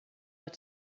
out